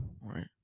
Right